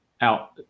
out